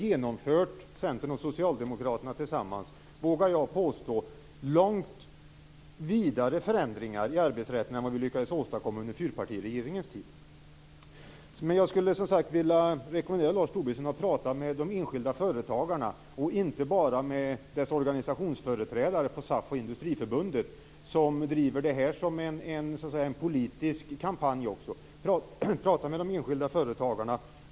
Centern och Socialdemokraterna har tillsammans genomfört, vågar jag påstå, långt vidare förändringar i arbetsrätten än vad vi lyckades åstadkomma under fyrpartiregeringens tid. Jag skulle som sagt vilja rekommendera Lars Tobisson att prata med de enskilda företagarna och inte bara med deras organisationsföreträdare på SAF och Industriförbundet som driver det här som en politisk kampanj. Prata med de enskilda företagarna!